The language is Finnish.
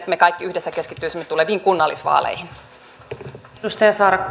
me kaikki yhdessä keskittyisimme tuleviin kunnallisvaaleihin arvoisa